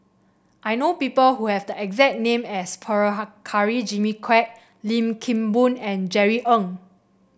I know people who have the exact name as Prabhakara Jimmy Quek Lim Kim Boon and Jerry Ng